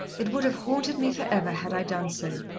it would have haunted me for ever had i done so.